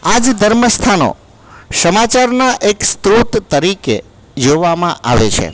આજ ધર્મ સ્થાનો સમાચારના એક સ્ત્રોત તરીકે જોવામાં આવે છે